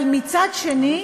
אבל מצד שני,